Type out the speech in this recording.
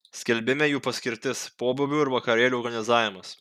skelbime jų paskirtis pobūvių ir vakarėlių organizavimas